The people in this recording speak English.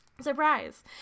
surprise